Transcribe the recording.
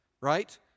right